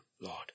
Lord